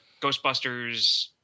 Ghostbusters